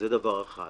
זה דבר אחד.